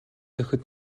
охид